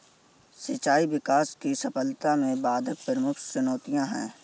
सिंचाई विकास की सफलता में बाधक प्रमुख चुनौतियाँ है